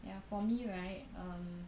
ya for me right um